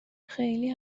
خیلی